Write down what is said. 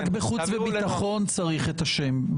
רק בחוץ וביטחון צריך את השם,